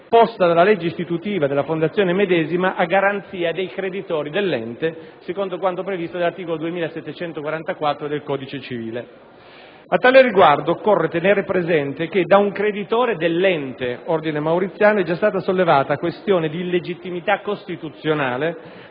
posta dalla legge istitutiva della fondazione medesima, a garanzia dei creditori dell'ente, secondo quanto previsto dall'articolo 2744 del codice civile. A tale riguardo, occorre tenere presente che da un creditore dell'ente Ordine Mauriziano è già stata sollevata questione di illegittimità costituzionale